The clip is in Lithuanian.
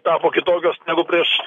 tapo kitokios negu prieš